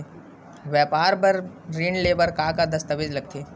व्यापार बर ऋण ले बर का का दस्तावेज लगथे?